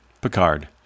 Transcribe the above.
Picard